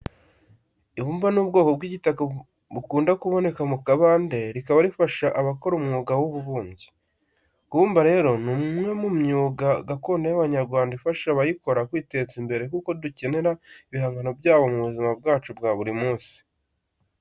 Ibumba ni ubwoko bw'igitaka bukunda kuboneka mu kabande rikaba rifasha abakora umwuga w'ububumbyi. Kubumba rero ni umwe mu myuga gakondo y'Abanyarwanda ifasha abayikora kwiteza imbere kuko dukenera ibihangano byabo mu buzima bwacu bwa buri munsi.